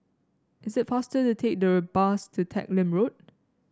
is it faster to take the bus to Teck Lim Road